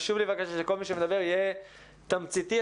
חשוב לי בבקשה שכל מי שמדבר יהיה תמציתי.